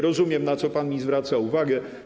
Rozumiem, na co pan mi zwraca uwagę.